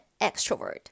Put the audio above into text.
extrovert